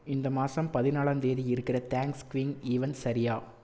இந்த மாதம் பதினாலாம் தேதி இருக்கிற தேங்க்ஸ் கிவிங் ஈவெண்ட் சரியா